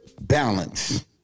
balance